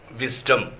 wisdom